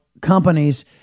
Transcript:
companies